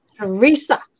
Teresa